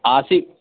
Asif